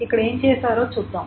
ఇక్కడ ఏమి చేసారో చూద్దాం